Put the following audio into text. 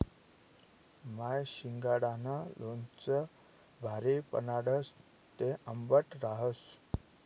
माय शिंगाडानं लोणचं भारी बनाडस, ते आंबट रहास